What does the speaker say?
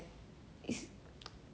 it's